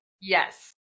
Yes